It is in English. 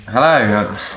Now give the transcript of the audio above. Hello